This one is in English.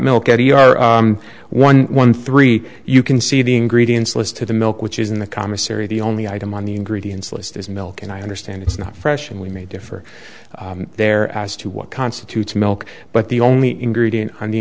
at one one three you can see the ingredients list to the milk which is in the commissary the only item on the ingredients list is milk and i understand it's not fresh and we may differ there as to what constitutes milk but the only ingredient on the